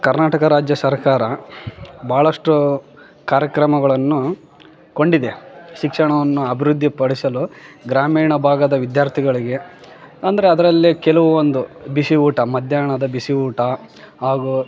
ಕರ್ನಾಟಕ ರಾಜ್ಯ ಸರ್ಕಾರ ಭಾಳಷ್ಟು ಕಾರ್ಯಕ್ರಮಗಳನ್ನು ಕೊಂಡಿದೆ ಶಿಕ್ಷಣವನ್ನು ಅಭಿವೃದ್ಧಿಪಡಿಸಲು ಗ್ರಾಮೀಣ ಭಾಗದ ವಿದ್ಯಾರ್ಥಿಗಳಿಗೆ ಅಂದರೆ ಅದರಲ್ಲಿ ಕೆಲವೊಂದು ಬಿಸಿ ಊಟ ಮಧ್ಯಾಹ್ನದ ಬಿಸಿ ಊಟ ಹಾಗು